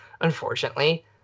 unfortunately